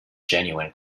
genuine